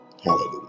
Hallelujah